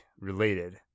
related